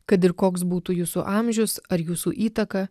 kad ir koks būtų jūsų amžius ar jūsų įtaka